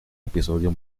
episodio